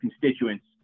constituents